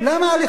למה הליך?